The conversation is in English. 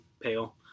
pale